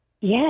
Yes